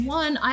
one